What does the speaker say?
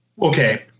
Okay